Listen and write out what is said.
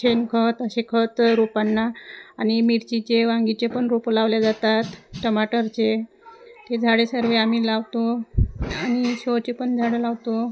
शेणखत असे खत रोपांना आणि मिरचीचे वांगीचे पण रोपं लावले जातात टमाटरचे ते झाडे सर्व आम्ही लावतो आणि शोचे पण झाडं लावतो